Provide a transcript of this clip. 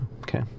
Okay